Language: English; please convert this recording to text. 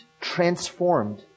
transformed